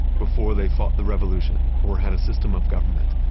before they fought the revolution or had a system of government,